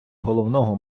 головного